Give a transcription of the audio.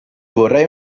vorrei